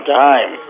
time